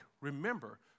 Remember